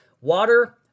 water